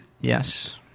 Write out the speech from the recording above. Yes